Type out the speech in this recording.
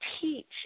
teach